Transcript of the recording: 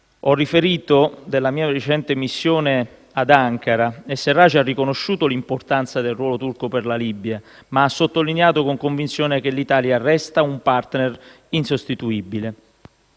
Ho riferito della mia precedente missione ad Ankara e Sarraj ha riconosciuto l'importanza del ruolo turco per la Libia, ma ha sottolineato con convinzione che l'Italia resta un *partner* insostituibile.